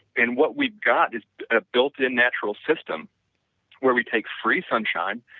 and what we got is a built-in natural system where we take free sunshine,